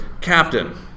Captain